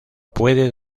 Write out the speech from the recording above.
puede